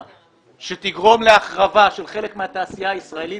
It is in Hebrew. שתגרום להחרבה שלך חלק מהתעשייה הישראלית,